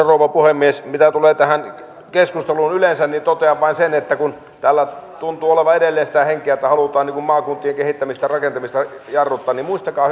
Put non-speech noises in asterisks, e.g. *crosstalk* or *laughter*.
*unintelligible* rouva puhemies mitä tulee tähän keskusteluun yleensä niin totean vain sen että kun täällä tuntuu olevan edelleen sitä henkeä että halutaan maakuntien kehittämistä ja rakentamista jarruttaa niin muistakaa *unintelligible*